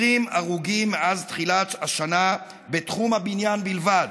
20 הרוגים מתחילת השנה בתחום הבניין בלבד.